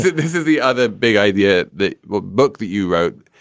this is the other big idea, the book that you wrote,